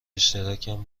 اشتراکم